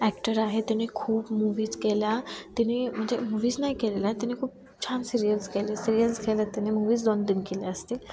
actor आहे त्याने खूप मूवीज केल्या त्यांनी म्हणजे मूवीज नाही केलेल्या आहेत त्यांनी खूप छान सिरीयल्स केलेत सिरीयल्स केल्या त्यांनी मूवीज दोन तीन केल्या असतील